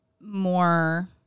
more